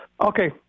Okay